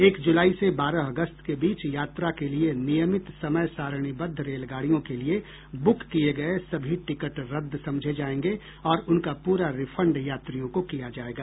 एक जुलाई से बारह अगस्त के बीच यात्रा के लिए नियमित समय सारणीबद्ध रेलगाडियों के लिए बुक किए गए सभी टिकट रद्द समझे जाएंगे और उनका पूरा रिफंड यात्रियों को किया जाएगा